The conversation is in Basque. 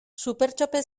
supertxope